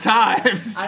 times